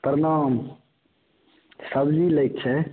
प्रणाम सबजी लै के छै